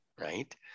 right